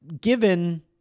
given